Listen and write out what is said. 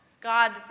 God